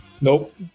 Nope